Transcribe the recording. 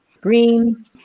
Green